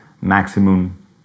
maximum